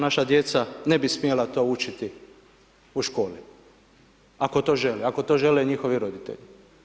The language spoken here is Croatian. Zašto naša djeca ne bi smjela to učiti u školi ako to žele, ako to žele njihovi roditelji?